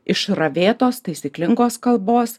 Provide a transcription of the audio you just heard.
išravėtos taisyklingos kalbos